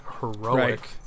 heroic